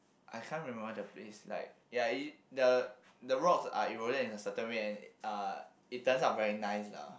I can't remember the place like ya uh the the rocks are eroded in a certain way and it uh it turns out very nice lah